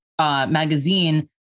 magazine